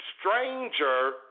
stranger